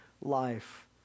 life